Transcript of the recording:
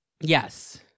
yes